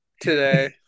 today